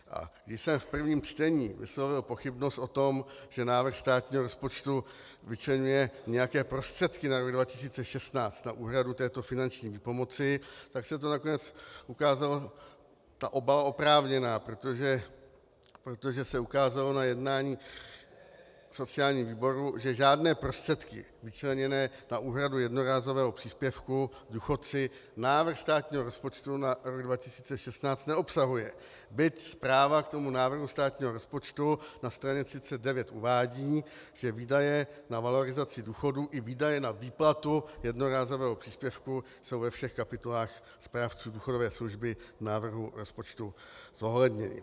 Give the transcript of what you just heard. A když jsem v prvním čtení vyslovil pochybnost o tom, že návrh státního rozpočtu vyčleňuje nějaké prostředky na rok 2016 na úhradu této finanční výpomoci, tak se nakonec ukázala ta obava oprávněnou, protože se ukázalo na jednání sociálního výboru, že žádné prostředky vyčleněné na úhradu jednorázového příspěvku důchodci návrh státního rozpočtu na rok 2016 neobsahuje, byť zpráva k tomu návrhu státního rozpočtu na straně 39 uvádí, že výdaje na valorizaci důchodů i výdaje na výplatu jednorázového příspěvku jsou ve všech kapitolách správců důchodové služby v návrhu rozpočtu zohledněny.